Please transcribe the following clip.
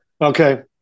Okay